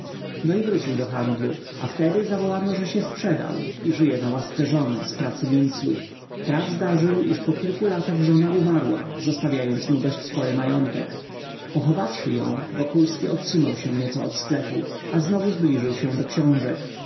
no i wrócił do handlu a wtedy zawołano że się sprzedał i żyje na łasce żony z pracy minclów traf zdarzył iż po kilku latach żona umarła zostawiając mu dość spory majątek pochowawszy ją wokulski odsunął się nieco od sklepu a znowu zbliżył się do książek